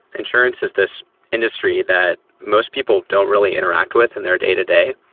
insurance is this industry that most people don't really interact with in their day-to-day,